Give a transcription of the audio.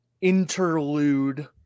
interlude